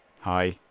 hi